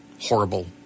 horrible